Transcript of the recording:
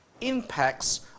impacts